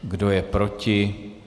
Kdo je proti?